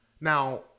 now